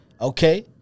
okay